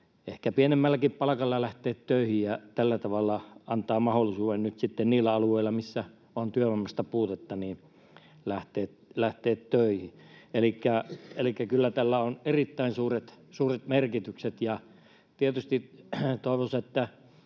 ehkä pienemmälläkin palkalla lähtemään töihin, ja tällä tavalla tämä antaa mahdollisuuden lähteä töihin nyt sitten niillä alueilla, missä on työvoimasta puutetta. Elikkä kyllä tällä on erittäin suuret merkitykset, ja tietysti toivoisin, että